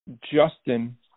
Justin